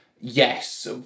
yes